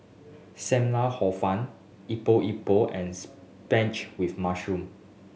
Sam Lau Hor Fun Epok Epok and spinach with mushroom